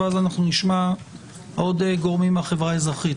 ואז אנחנו נשמע עוד גורמים מהחברה האזרחית,